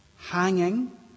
hanging